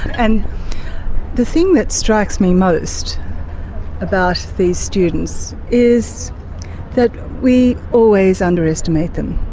and the thing that strikes me most about these students is that we always underestimate them,